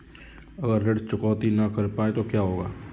अगर ऋण चुकौती न कर पाए तो क्या होगा?